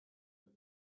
have